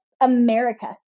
America